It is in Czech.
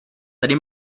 tady